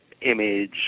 image